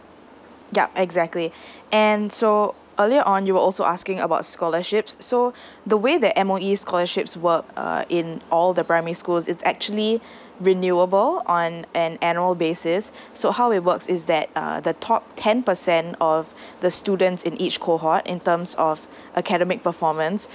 yup exactly and so earlier on you were also asking about scholarships so the way that M_O_E scholarships work uh in all the primary schools it's actually renewable on an annual basis so how it works is that uh the top ten percent of the students in each cohort in terms of academic performance